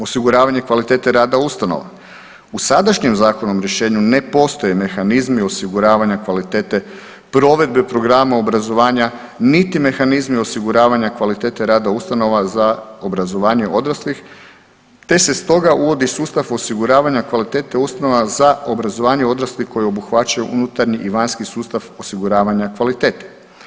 Osiguravanje kvalitete rada ustanova u sadašnjem zakonskom rješenju ne postoje mehanizmi osiguravanja kvalitete provedbe programa obrazovanja niti mehanizmi osiguravanja kvalitete rada ustanova za obrazovanje odraslih te se stoga uvodi sustav osiguravanja kvalitete ustanova za obrazovanje odraslih koje obuhvaćaju unutarnji i vanjski sustav osiguravanja kvalitete.